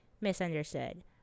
misunderstood